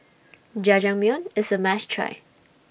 Jajangmyeon IS A must Try